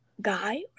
guy